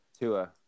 Tua